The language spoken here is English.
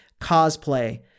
cosplay